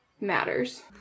matters